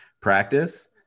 practice